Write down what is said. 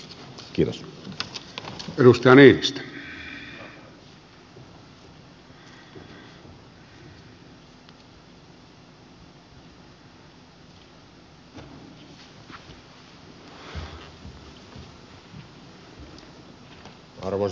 arvoisa puhemies